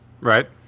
Right